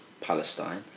Palestine